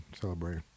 celebrate